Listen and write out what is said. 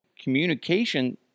Communication